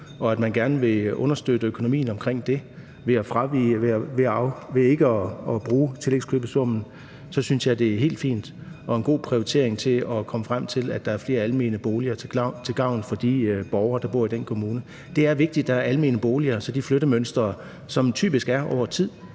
og at man gerne vil understøtte økonomien omkring det ved ikke at bruge tillægskøbesummen, synes jeg, det er helt fint og en god prioritering i forhold til at komme frem til, at der er flere almene boliger til gavn for de borgere, der bor i den kommune. Det er vigtigt, at der er almene boliger, så de flyttemønstre, som typisk er der over tid,